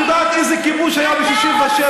את יודעת איזה כיבוש היה ב-67'.